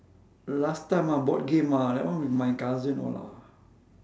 last time ah board game ah that one with my cousin all ah